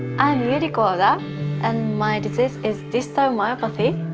i'm yuriko oda and my disease is distal myopathy